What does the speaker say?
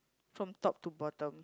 from top to bottom